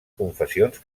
confessions